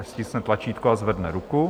Ať stiskne tlačítko a zvedne ruku.